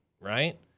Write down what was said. Right